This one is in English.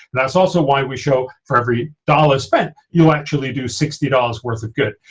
that's also why we show for every dollar spent. you actually do sixty dollars worth of good.